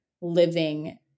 living